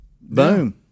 Boom